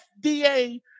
FDA